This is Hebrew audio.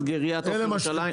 מדגריית עוף ירושלים?